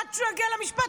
עד שהוא יגיע למשפט,